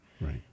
Right